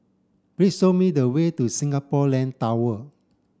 please show me the way to Singapore Land Tower